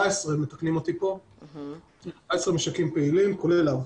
מתקנים אותי פה, 14 משקים פעילים כולל להב?